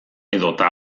edota